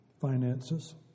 Finances